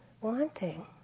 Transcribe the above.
wanting